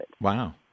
Wow